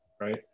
right